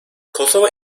kosova